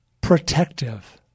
Protective